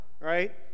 Right